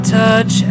touch